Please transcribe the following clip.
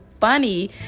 funny